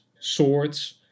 swords